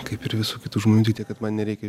kaip ir visų kitų žmonių kad man nereikia